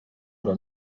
però